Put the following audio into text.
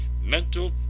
mental